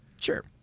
Sure